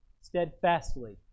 steadfastly